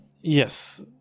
yes